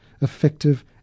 effective